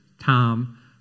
Tom